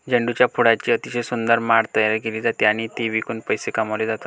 झेंडूच्या फुलांची अतिशय सुंदर माळ तयार केली जाते आणि ती विकून पैसे कमावले जातात